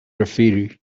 graffiti